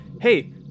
hey